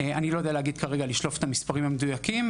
אני לא יודע לשלוף את המספרים המדויקים,